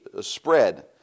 spread